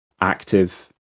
active